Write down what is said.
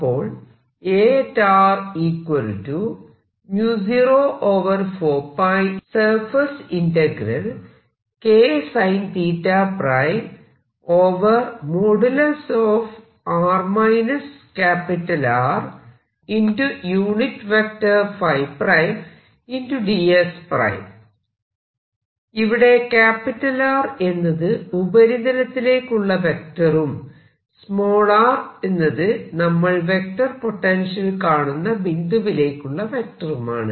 അപ്പോൾ ഇവിടെ R എന്നത് ഉപരിതലത്തിലേക്ക് ഉള്ള വെക്ടറും r എന്നത് നമ്മൾ വെക്റ്റർ പൊട്ടൻഷ്യൽ കാണുന്ന ബിന്ദുവിലേക്കുള്ള വെക്ടറുമാണ്